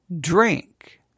drink